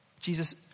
Jesus